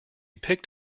picked